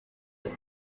the